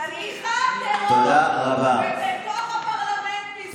תמיכת טרור בתוך הפרלמנט בישראל.